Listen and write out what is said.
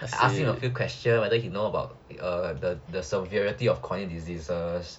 I ask him a few questions whether he knew about err the the severity of chronic diseases